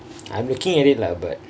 I'm lookingk at it lah but